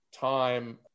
time